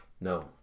No